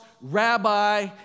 rabbi